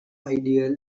ideal